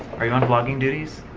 are you on vlogging duties?